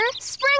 Spring